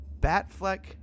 Batfleck